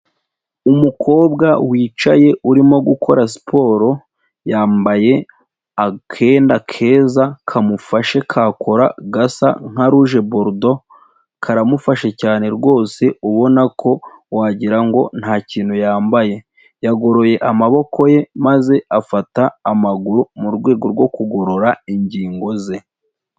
Umukobwa wicaye urimo gukora siporo. Yambaye akenda keza kamufashe ka kora gasa nka rujeborudo karamufashe cyane rwose, ubona ko wagirango nta kintu yambaye. Yagoroye amaboko ye maze afata amaguru mu rwego rwo kugorora ingingo ze.